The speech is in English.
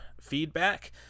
feedback